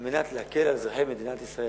על מנת להקל על אזרחי מדינת ישראל,